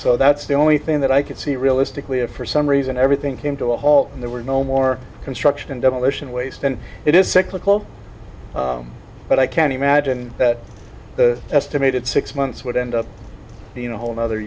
so that's the only thing that i could see realistically if for some reason everything came to a halt and there were no more construction and demolition waste and it is cyclical but i can't imagine that the estimated six months would end up a whole nother